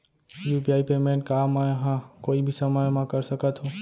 UPI payment का मैं ह कोई भी समय म कर सकत हो?